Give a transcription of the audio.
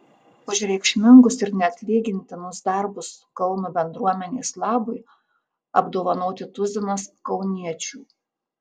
už reikšmingus ir neatlygintinus darbus kauno bendruomenės labui apdovanoti tuzinas kauniečių